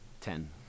ten